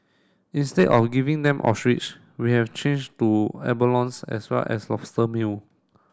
instead of giving them ostrich we have changed to abalones as well as lobster meal